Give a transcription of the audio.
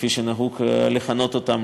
כפי שנהוג לכנות אותן,